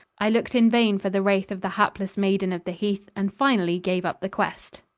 i looked in vain for the wraith of the hapless maiden of the heath and finally gave up the quest.